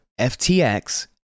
FTX